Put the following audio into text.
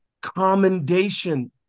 commendation